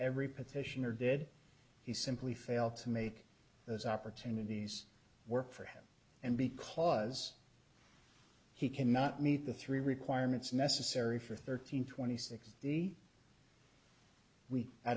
every petitioner did he simply failed to make those opportunities work for him and because he cannot meet the three requirements necessary for thirteen twenty six we i